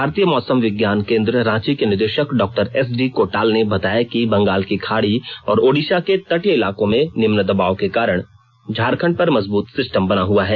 भारतीय मौसम विज्ञान केंद्र रांची के निदेशक डॉ एसडी कोटाल ने बताया कि बंगाल की खाड़ी और ओडिशा के तटीय इलाकों में निम्न दबाव के कारण झारखंड पर मजबूत सिस्टम बना हुआ है